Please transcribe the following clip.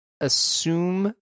assume